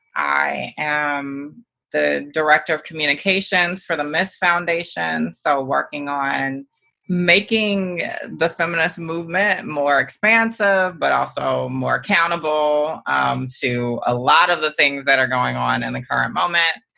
i am the director of communications for the ms. foundation, so working on making the feminist movement more expansive but also more accountable um to a lot of the things that are going on in and the current moment.